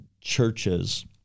churches